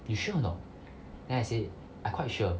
you sure or not then I say I quite sure